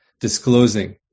disclosing